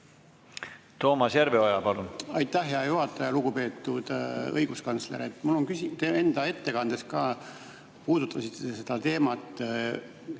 Toomas Järveoja, palun! Aitäh, hea juhataja! Lugupeetud õiguskantsler! Mul on küsimus, te enda ettekandes ka puudutasite seda teemat: